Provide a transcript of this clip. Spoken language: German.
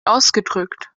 ausgedrückt